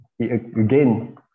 again